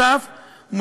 נוסף על כך,